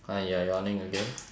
hi you're yawning again